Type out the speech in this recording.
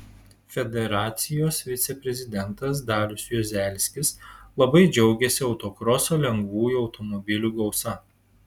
federacijos viceprezidentas dalius juozelskis labai džiaugėsi autokroso lengvųjų automobilių gausa